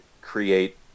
create